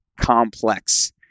complex